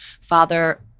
Father